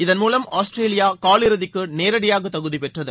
இதன் மூலம் ஆஸ்திரேலியா காலிறுதிக்கு நேரடியாக தகுதி பெற்றது